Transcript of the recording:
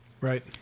Right